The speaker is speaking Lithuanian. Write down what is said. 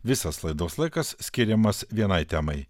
visas laidos laikas skiriamas vienai temai